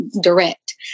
direct